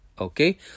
Okay